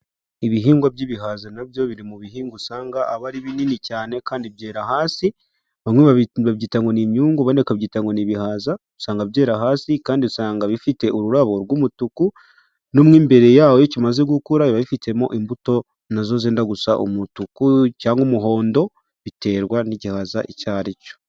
Ibihingwa by'ibihaza nabyo biri mu bihingwa usanga aba ari binini cyane, kandi byera hasi, bamwe babibyita ngoko ni inyungu, abandi bakabyita ngo ni ibihaza, usanga byera hasi kandi usanga bifite ururabo rw'umutuku no mw'imbere yawo iyo kimaze gukura kiba gifite imbuto nazo zenda gusa umutuku cyangwa umuhondo, biterwa n'igihaza icyo ari cyo.